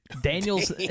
Daniels